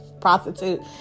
prostitute